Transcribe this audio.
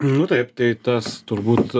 nu taip tai tas turbūt